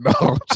no